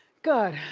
good.